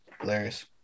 Hilarious